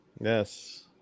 Yes